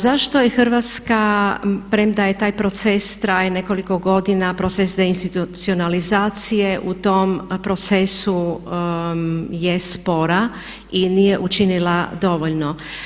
Zašto je Hrvatska premda taj proces traje nekoliko godina prosvjetne institucionalizacije u tom procesu je spora i nije učinila dovoljno?